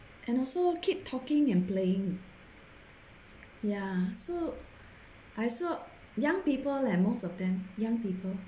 and also keep talking and playing ya so I saw young people leh most of them young people